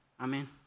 Amen